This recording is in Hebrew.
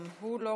גם הוא לא,